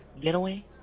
getaway